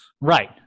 Right